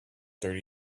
thirty